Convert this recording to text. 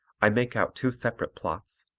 i make out two separate plots,